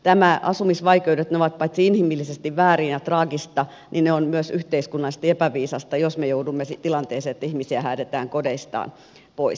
nämä asumisvaikeudet ovat inhimillisesti väärin ja traagisia mutta on myös yhteiskunnallisesti epäviisasta jos me joudumme tilanteeseen että ihmisiä häädetään kodeistaan pois